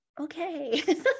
okay